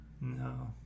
No